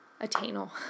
Attainable